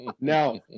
Now